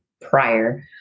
prior